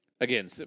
Again